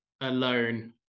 alone